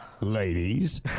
Ladies